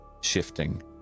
shifting